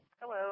Hello